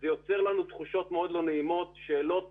זה יוצר אצלנו תחושות מאוד לא נעימות ושאלות